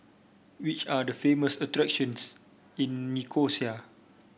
which are the famous attractions in Nicosia